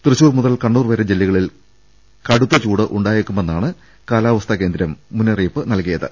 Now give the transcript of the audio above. തൃശൂർ മുതൽ കണ്ണൂർ വരെ ജില്ലകളിൽ കടുത്ത ചൂട് ഉണ്ടായേക്കുമെന്നാണ് കാലാവസ്ഥാ കേന്ദ്രം കണക്കാക്കുന്നത്